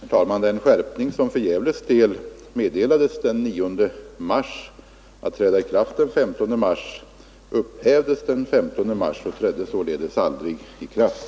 Herr talman! Den skärpning som för Gävles del meddelades den 9 mars att träda i kraft den 15 mars upphävdes den 15 mars och trädde således aldrig i kraft.